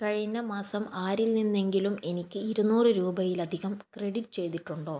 കഴിഞ്ഞ മാസം ആരിൽ നിന്നെങ്കിലും എനിക്ക് ഇരുനൂറ് രൂപയിലധികം ക്രെഡിറ്റ് ചെയ്തിട്ടുണ്ടോ